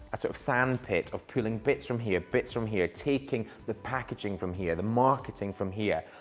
sort of sandpit of pooling bits from here, bits from here, taking the packaging from here, the marketing from here,